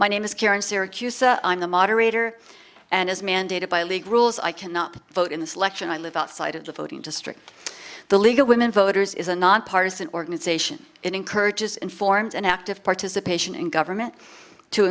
my name is karen syracuse i'm the moderator and as mandated by league rules i cannot vote in the selection i live outside of the voting district the league of women voters is a nonpartisan organization and encourages and forms an active participation in government to